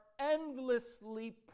endlessly